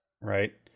Right